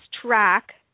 track